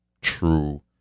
true